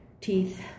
teeth